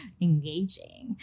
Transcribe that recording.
Engaging